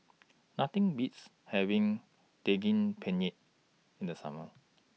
Nothing Beats having Daging Penyet in The Summer